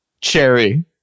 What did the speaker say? Cherry